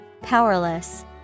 Powerless